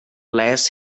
less